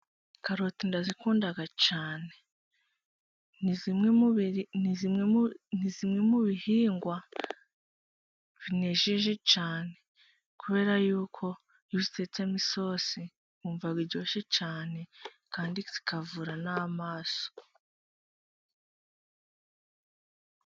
Karoti ndazikunda cyane , ni zimwe ni zimwe mu bihingwa binejeje cyane . Kubera y'uko iyo uzitetsemo isosi wumva iryoshye cyane , kandi kikavura n'amaso.